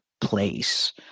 place